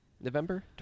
November